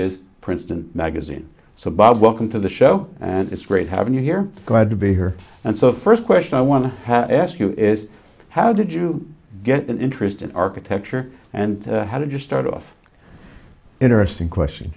is princeton magazine so bob welcome to the show and it's great having you here glad to be here and so first question i want to ask you is how did you get an interest in architecture and how did you start off interesting question